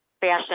fashion